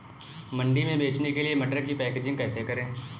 मंडी में बेचने के लिए मटर की पैकेजिंग कैसे करें?